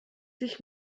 sich